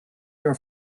your